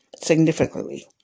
significantly